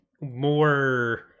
more